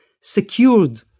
secured